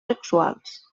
sexuals